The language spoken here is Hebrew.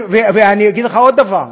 ואני אגיד לך עוד דבר: